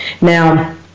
now